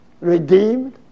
redeemed